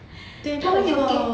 他们有给